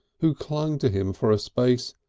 who clung to him for a space,